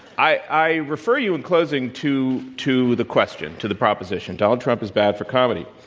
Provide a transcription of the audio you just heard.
i refer you in closing to to the question, to the proposition donald trump is bad for comedy.